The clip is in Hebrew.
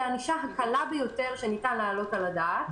הענישה הקלה ביותר שניתן להעלות על הדעת.